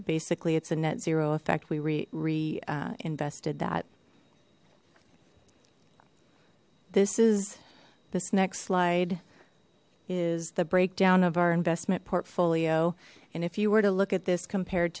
basically it's a net zero effect we reinvested that this is this next slide is the breakdown of our investment portfolio and if you were to look at this compared